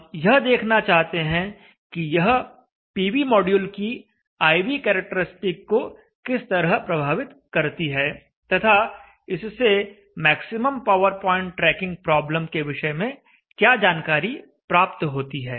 हम यह देखना चाहते हैं कि यह पीवी मॉड्यूल की I V कैरेक्टरिस्टिक को किस तरह प्रभावित करती है तथा इससे maximum power point tracking problem के विषय में क्या जानकारी प्राप्त होती है